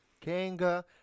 Kanga